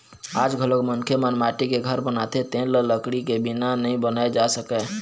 आज घलोक मनखे मन माटी के घर बनाथे तेन ल लकड़ी के बिना नइ बनाए जा सकय